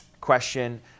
question